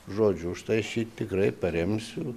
žodžių štai ši tikrai paremsiu